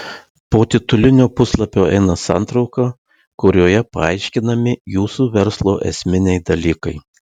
po titulinio puslapio eina santrauka kurioje paaiškinami jūsų verslo esminiai dalykai